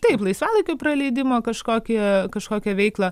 taip laisvalaikio praleidimo kažkokią kažkokią veiklą